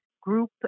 group